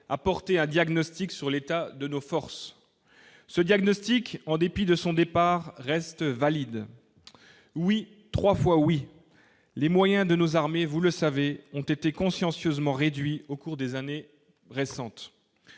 apporter un diagnostic sur l'état de nos forces, ce diagnostic, en dépit de son départ restent valides oui, 3 fois oui, les moyens de nos armées, vous le savez, ont été consciencieusement réduit au cours des années récentes,